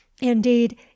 Indeed